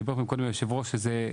דיברתם מקודם, היושב-ראש, על כך